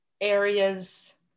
areas